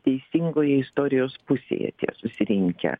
teisingoje istorijos pusėje tie susirinkę